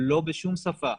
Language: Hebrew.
לא בשום שפה,